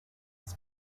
his